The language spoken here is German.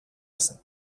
essen